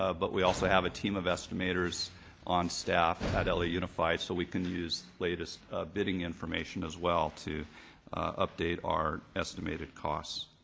ah but we also have a team of estimators on staff at at la unified so we can use the latest bidding information as well to update our estimated costs.